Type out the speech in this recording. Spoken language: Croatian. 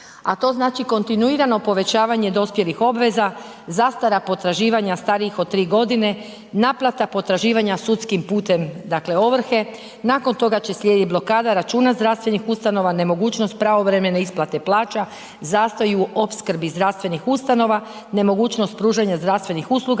a to znači kontinuirano povećavanje dospjelih obveza, zastara potraživanja starijih od 3.g., naplata potraživanja sudskim putem, dakle ovrhe, nakon toga će slijedit blokada računa zdravstvenih ustanova, nemogućnost pravovremene isplate plaća, zastoji u opskrbi zdravstvenih ustanova, nemogućnost pružanja zdravstvenih usluga